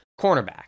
cornerback